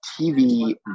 TV